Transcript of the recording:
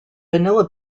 vanilla